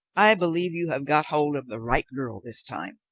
i believe you have got hold of the right girl this time.